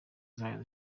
zayo